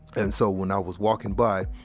and so, when i was walking by,